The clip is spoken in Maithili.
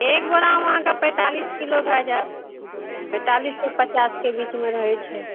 एक बोरा अहाँकेँ पैँतालिस किलो भए जाएत पैँतालिससे पचासके बीचमे रहै छै